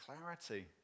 clarity